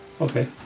okay